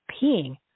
peeing